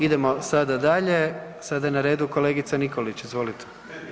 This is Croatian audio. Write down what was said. Idemo sada dalje, sada je na redu kolegica Nikolić, izvolite.